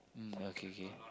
mm okay okay